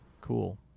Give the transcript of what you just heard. Cool